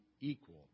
equal